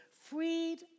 freed